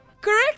Correct